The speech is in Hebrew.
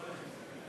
חבר הכנסת אייכלר,